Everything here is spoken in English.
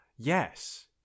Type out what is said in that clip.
yes